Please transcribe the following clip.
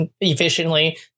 efficiently